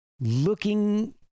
looking